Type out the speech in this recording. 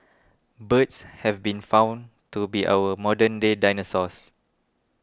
birds have been found to be our modern day dinosaurs